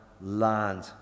land